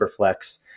Superflex